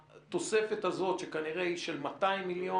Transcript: התוספת הזאת שכנראה היא של 200 מיליון